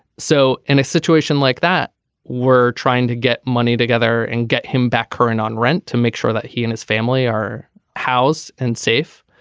so in a situation like that we're trying to get money together and get him back current on rent to make sure that he and his family our house and safe.